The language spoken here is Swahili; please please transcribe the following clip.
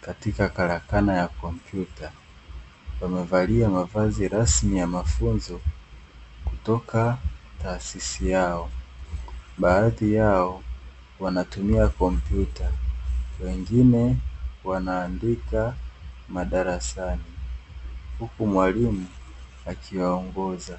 katika karakana ya kompyuta, wamevalia mavazi rasmi ya mafunzo kutoka taasisi yao, baadhi yao wanatumia kompyuta wengine wanaandika madarasani huku mwalimu akiwaongoza.